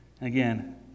Again